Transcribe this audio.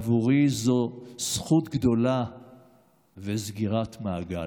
עבורי זו זכות גדולה וסגירת מעגל.